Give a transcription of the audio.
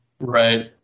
right